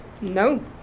No